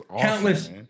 countless